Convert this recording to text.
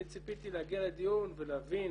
אני ציפיתי להגיע לדיון ולהבין,